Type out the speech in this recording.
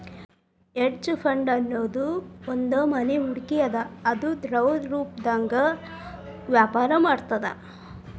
hedge fund ಅನ್ನೊದ್ ಒಂದ್ನಮನಿ ಹೂಡ್ಕಿ ಅದ ಅದು ದ್ರವರೂಪ್ದಾಗ ವ್ಯಾಪರ ಮಾಡ್ತದ